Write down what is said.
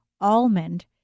almond